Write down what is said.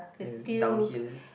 is downhill